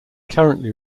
currently